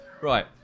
Right